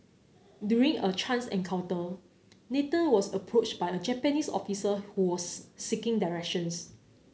during a chance encounter Nathan was approached by a Japanese officer who was seeking directions